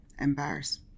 embarrass